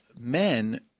men –